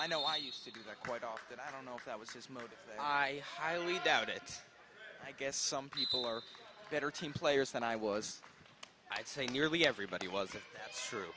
i know i used to do that quite often i don't know if that was his motive my highly doubt it i guess some people are better team players than i was i'd say nearly everybody was